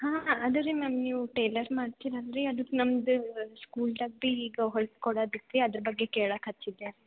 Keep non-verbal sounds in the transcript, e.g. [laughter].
ಹಾಂ ಅದೇರಿ ಮ್ಯಾಮ್ ನೀವು ಟೇಲರ್ ಮಾಡ್ತೀರಿ ಅಂದಿರಿ ಅದಕ್ಕೆ ನಮ್ದು ಸ್ಕೂಲ್ [unintelligible] ಈಗ ಹೊಲ್ಸಿ ಕೊಡೋದಕ್ಕೆ ಅದ್ರ ಬಗ್ಗೆ ಕೇಳಕ್ಕೆ ಹಚ್ಚಿದ್ದೆ